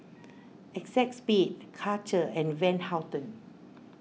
Acexspade Karcher and Van Houten